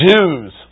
Jews